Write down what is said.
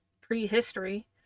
prehistory